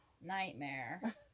Nightmare